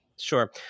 Sure